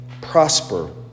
prosper